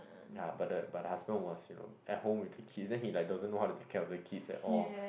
ya but the but the husband was you know at home with the kids then he like doesn't know how to take care of the kids at all